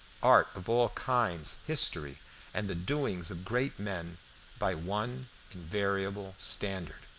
art of all kinds, history and the doings of great men by one invariable standard.